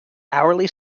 hourly